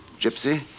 Gypsy